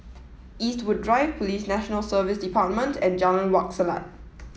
Eastwood Drive Police National Service Department and Jalan Wak Selat